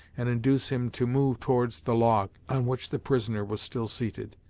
and induce him to move towards the log, on which the prisoner was still seated,